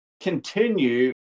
continue